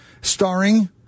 starring